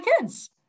kids